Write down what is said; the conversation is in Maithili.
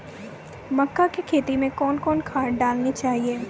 मक्का के खेती मे कौन कौन खाद डालने चाहिए?